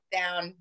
down